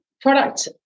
product